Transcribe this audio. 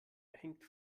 hängt